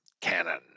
Cannon